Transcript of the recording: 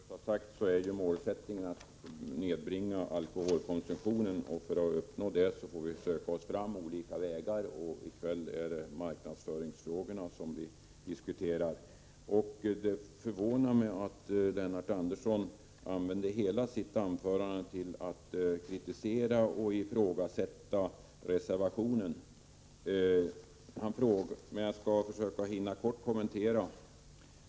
Herr talman! Som Ulla Orring just har sagt är målsättningen att nedbringa alkoholkonsumtionen. För att uppnå det målet får vi söka oss fram på olika vägar. I kväll är det marknadsföringsfrågorna som vi diskuterar. Det förvånar mig att Lennart Andersson använde hela sitt anförande till att kritisera och ifrågasätta reservationen. Jag skall försöka hinna kort kommentera det han sade.